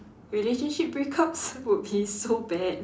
relationship break-ups would be so bad